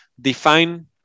define